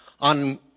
on